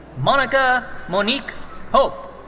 monica monique pope.